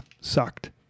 sucked